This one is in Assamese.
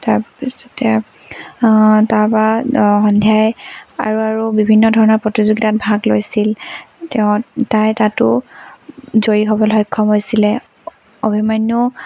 তাৰপিছতে তাপা সন্ধ্যাই আৰু আৰু বিভিন্ন ধৰণৰ প্ৰতিযোগিতাত ভাগ লৈছিল তেওঁ তাই তাতো জয়ী হ'বলৈ সক্ষম হৈছিলে অভিমন্য়ূ